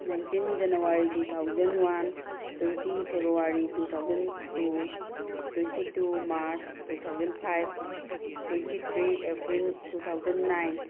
nineteen January two thousand one twenty February two thousand two twenty two March two thousand five twenty three April two thousand nine